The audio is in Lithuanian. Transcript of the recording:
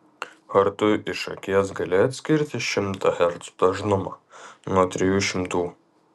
ar tu iš akies gali atskirti šimto hercų dažnumą nuo trijų šimtų